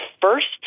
first